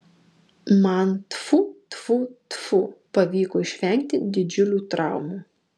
man tfu tfu tfu pavyko išvengti didžiulių traumų